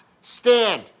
stand